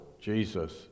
Jesus